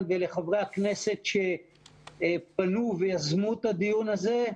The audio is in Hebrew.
ולחברי הכנסת שפנו ויזמו את הדיון הזה.